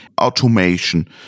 automation